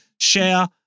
share